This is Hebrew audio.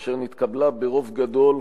אשר נתקבלה ברוב גדול,